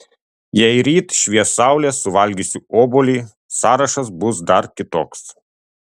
jei ryt švies saulė suvalgysiu obuolį sąrašas bus dar kitoks